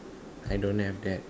I don't have that